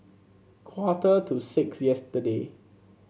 quarter to six yesterday